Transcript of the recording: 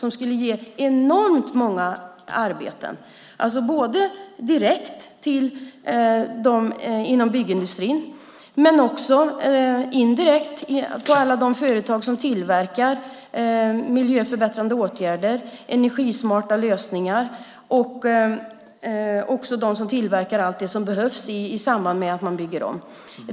Det skulle ge enormt många arbeten, direkt till dem som finns inom byggindustrin men också indirekt inom alla de företag som arbetar med miljöförbättrande åtgärder och energismarta lösningar och som tillverkar allt det som behövs i samband med att man bygger om.